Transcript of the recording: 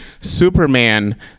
Superman